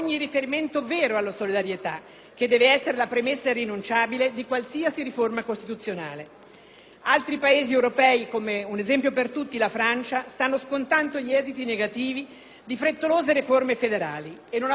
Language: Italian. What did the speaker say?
Altri Paesi europei - un esempio per tutti la Francia - stanno scontando gli esiti negativi di frettolose riforme federali e non abbiamo avuto risposte al federalismo perché, al federalismo per cosa e al federalismo con quali soldi.